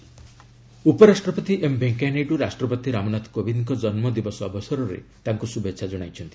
ପ୍ରେକ୍ ବାର୍ଥଡେ ଉପରାଷ୍ଟ୍ରପତି ଏମ୍ ଭେଙ୍କିୟା ନାଇଡୁ ରାଷ୍ଟ୍ରପତି ରାମନାଥ କୋବିନ୍ଦ୍ଙ୍କ ଜନ୍ମଦିବସ ଅବସରରେ ତାଙ୍କୁ ଶୁଭେଛା କଣାଇଛନ୍ତି